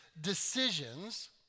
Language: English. decisions